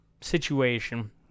situation